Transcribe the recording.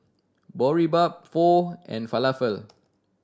Boribap Pho and Falafel